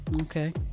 Okay